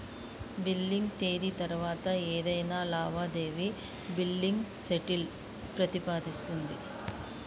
billing తేదీ తర్వాత కార్డ్పై ఏదైనా లావాదేవీ బిల్లింగ్ స్టేట్మెంట్ ప్రతిబింబిస్తుంది